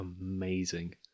amazing